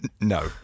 No